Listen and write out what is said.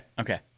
okay